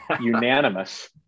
unanimous